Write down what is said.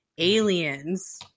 Aliens